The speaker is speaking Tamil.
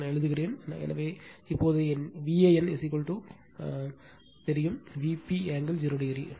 நான் எழுதுகிறேன் எனவே இப்போது என் Van இதேபோல் தெரியும் Vp ஆங்கிள் 0o